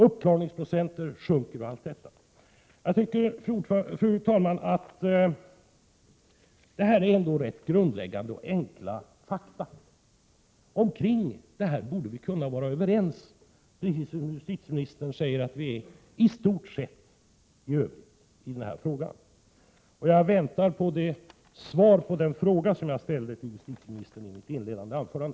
Därigenom sjunker ju uppklaringsprocenten. Jag tycker, fru talman, att dessa fakta är grundläggande och enkla. Om dessa borde vi kunna vara överens, precis som justitieministern säger att vi i stort sett är i övrigt i denna fråga. — Jag väntar på svar på den fråga jag ställde till justitieministern i mitt inledningsanförande.